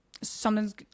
something's